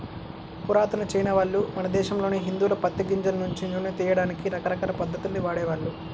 పురాతన చైనావాళ్ళు, మన దేశంలోని హిందువులు పత్తి గింజల నుంచి నూనెను తియ్యడానికి రకరకాల పద్ధతుల్ని వాడేవాళ్ళు